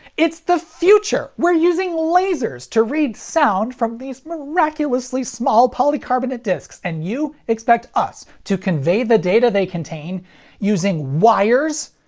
it's the future! we're using lasers to read sound from these miraculously small polycarbonate discs, and you expect us to convey the data they contain using wires?